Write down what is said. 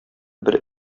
бер